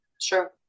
Sure